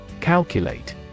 Calculate